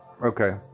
Okay